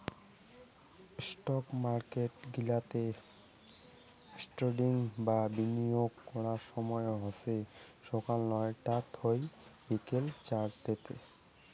stock market গিলাতে trading বা বিনিয়োগ করার সময় হসে সকাল নয়তা থুই বিকেল চারতে